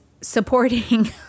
supporting